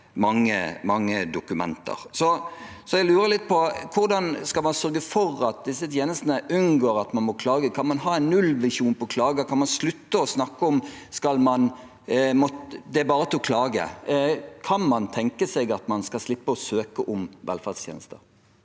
Jeg lurer litt på: Hvordan skal man sørge for at man får disse tjenestene uten at man må klage? Kan man ha en nullvisjon på klager? Kan man slutte å si at det er bare å klage? Kan man tenke seg at man skal slippe å søke om velferdstjenester?